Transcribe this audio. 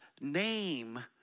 name